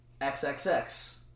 XXX